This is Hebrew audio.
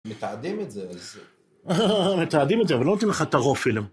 מתעדים את זה, אלסה. מתעדים את זה, אבל לא נותן לך את הרופילם.